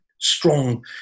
strong